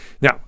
now